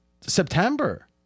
September